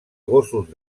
gossos